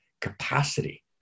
capacity